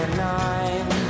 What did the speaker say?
nine